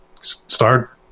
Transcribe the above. start